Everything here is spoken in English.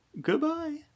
Goodbye